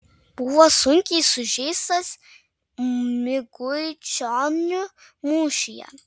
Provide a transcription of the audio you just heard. buvo sunkiai sužeistas miguičionių mūšyje